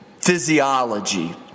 physiology